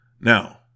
Now